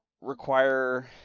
require